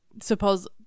Suppose